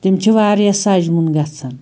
تِم چھِ واریاہ سَجوُن گژھان